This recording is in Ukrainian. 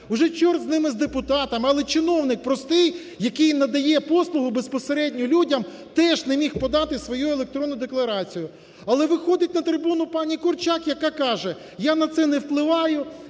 Вже чорт з ними з депутатами, але чиновник простий, який надає послугу безпосередньо людям, теж не міг подати свою електронну декларацію. Але виходить на трибуну пані Корчак, яка каже: "Я на це не впливаю,